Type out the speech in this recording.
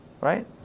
Right